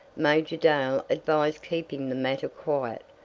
major dale advised keeping the matter quiet,